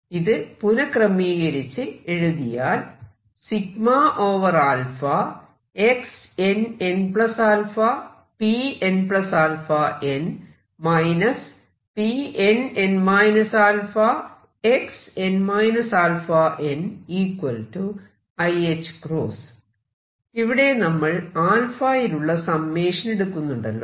ഇത് പുനഃക്രമീകരിച്ച് എഴുതിയാൽ ഇവിടെ നമ്മൾ യിലുള്ള സമ്മേഷൻ എടുക്കുന്നുണ്ടല്ലോ